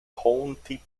county